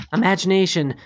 imagination